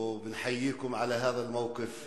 לומר להם ברוכים הבאים,